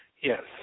Yes